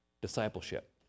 discipleship